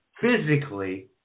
physically